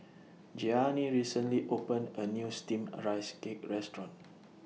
Gianni recently opened A New Steamed Rice Cake Restaurant